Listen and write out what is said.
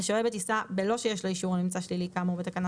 השוהה בטיסה בלא שיש לו אישור על ממצא שלילי כאמור בתקנה